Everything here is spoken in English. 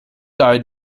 died